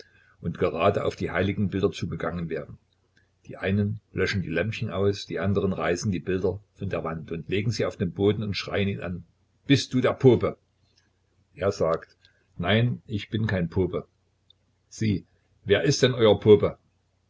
und gerade auf die heiligenbilder zugegangen wären die einen löschen die lämpchen aus die anderen reißen die bilder von der wand legen sie auf den boden und schreien ihn an bist du der pope er sagt nein ich bin kein pope sie wer ist denn euer pope